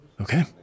Okay